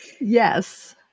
yes